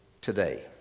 today